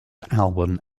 album